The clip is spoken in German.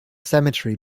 cemetery